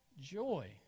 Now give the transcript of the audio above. joy